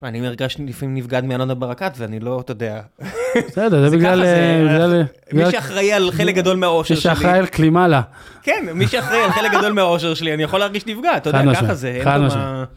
אני הרגשתי לפעמים נפגעת מאלונה ברקת, ואני לא יודע. בסדר, זה בגלל... מי שאחראי על חלק גדול מהעושר שלי. מי שאחראי על כלימה לה. כן, מי שאחראי על חלק גדול מהעושר שלי. אני יכול להרגיש נפגעת, אתה יודע, חד-משמעית, ככה זה...